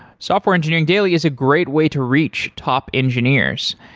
software engineering daily is a great way to reach top engineers.